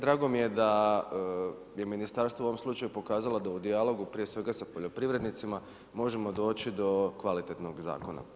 Drago mi je da je ministarstvo u ovom slučaju pokazalo da u dijalogu prije svega sa poljoprivrednicima možemo doći do kvalitetnog zakona.